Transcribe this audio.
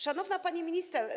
Szanowna Pani Minister!